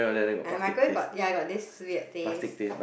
ya my Korean got ya got this weird taste